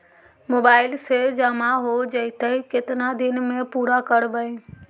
Mobile से जामा हो जैतय, केतना दिन में पुरा करबैय?